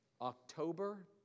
October